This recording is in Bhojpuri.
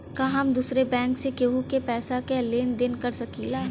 का हम दूसरे बैंक से केहू के पैसा क लेन देन कर सकिला?